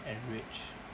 and rich